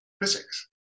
physics